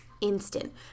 instant